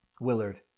Willard